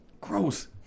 Gross